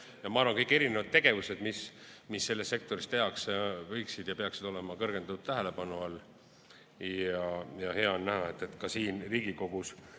Ma arvan, kõik erinevad tegevused, mis selles sektoris tehakse, võiksid olla ja peaksid olema kõrgendatud tähelepanu all. Hea on näha, et ka siin Riigikogus,